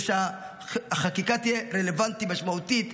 שהחקיקה תהיה יהיה רלוונטית ומשמעותית,